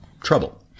trouble